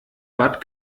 bad